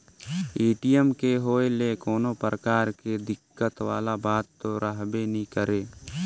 ATM के होए ले कोनो परकार के दिक्कत वाला बात तो रहबे नइ करे